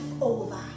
over